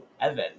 evan